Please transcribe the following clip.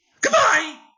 Goodbye